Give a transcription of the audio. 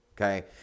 Okay